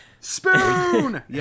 Spoon